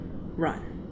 run